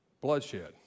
Bloodshed